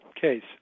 case